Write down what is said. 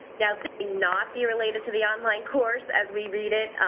now to not be related to the online course as we read it.